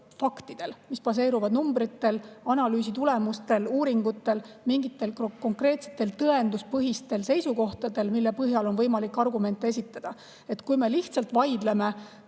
mis baseeruvad faktidel, numbritel, analüüsitulemustel, uuringutel, mingitel konkreetsetel tõenduspõhistel seisukohtadel, mille põhjal on võimalik argumente esitada. Sellist vaidlust,